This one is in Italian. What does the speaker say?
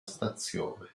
stazione